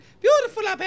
Beautiful